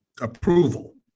approval